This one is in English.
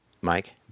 Mike